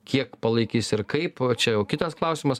kiek palaikys ir kaip čia jau kitas klausimas